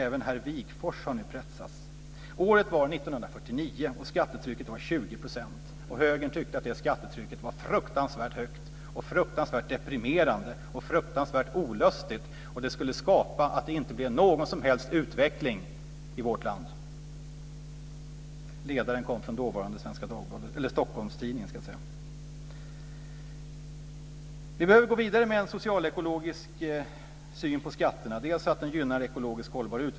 Även herr Wigfors har nu pressats..." Året var 1949 och skattetrycket var 20 %. Högern tyckte att det skattetrycket var fruktansvärt högt, fruktansvärt deprimerande och fruktansvärt olustigt. Det skulle göra så att det inte blev någon som helst utveckling i vårt land. Jag ska säga att ledaren var hämtad från dåvarande Stockholms-Tidningen.